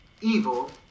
evil